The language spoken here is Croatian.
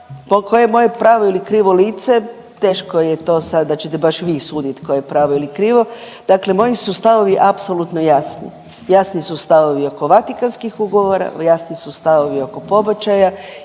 je moje pravo ili krivo lice, teško je to sad da ćete baš vi suditi koje je pravo ili krivo, dakle moji su stavovi apsolutno jasni, jasni su stavovi oko Vatikanskih ugovora, jasni su stavovi oko pobačaja,